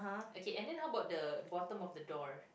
okay and then how about the bottom of the door